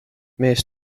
mees